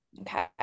Okay